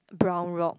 brown rock